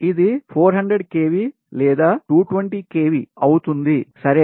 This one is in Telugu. ఇది 400 kV లేదా 220 kv అవుతుంది సరే